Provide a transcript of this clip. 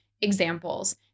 examples